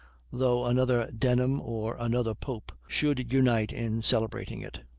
though another denham, or another pope, should unite in celebrating it.